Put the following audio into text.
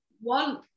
One